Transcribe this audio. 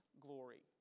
glory